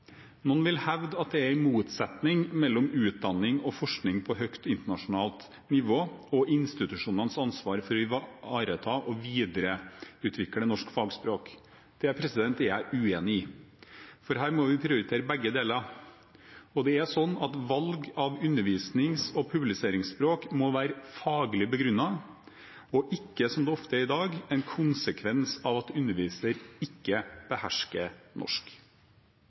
Noen vil hevde at det er en motsetning mellom utdanning og forskning på høyt internasjonalt nivå og institusjonenes ansvar for å ivareta og videreutvikle norsk fagspråk. Det er jeg uenig i – for her må vi prioritere begge deler. Valg av undervisnings- og publiseringsspråk må være faglig begrunnet, og ikke som det ofte er i dag: en konsekvens av at underviseren ikke behersker norsk.